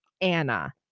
Anna